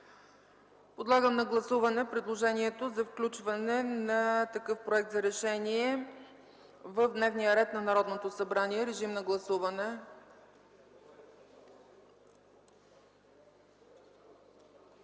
Подлагам на гласуване предложението за включване на такъв проект за решение в дневния ред на Народното събрание. Гласували